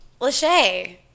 Lachey